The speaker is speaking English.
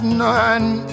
none